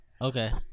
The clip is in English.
Okay